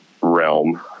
realm